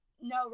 No